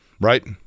right